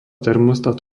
termostat